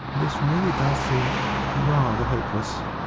this really does seem rather hopeless.